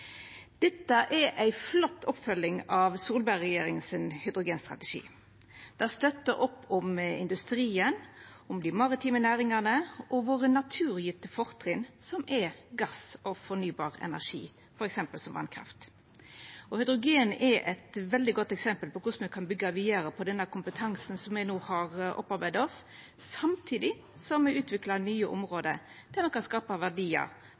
Dette er ei flott oppfølging av Solberg-regjeringas hydrogenstrategi. Det støttar opp om industrien, om dei maritime næringane og våre naturgjevne fortrinn, som er gass og fornybar energi, f.eks. vasskraft. Hydrogen er eit veldig godt eksempel på korleis me kan byggja vidare på denne kompetansen som me no har opparbeidd oss, samtidig som me utviklar nye område der ein kan skapa verdiar,